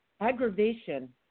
aggravation